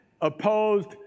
opposed